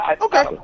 Okay